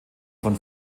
von